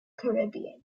caribbean